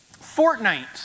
Fortnite